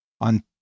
On